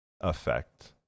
effect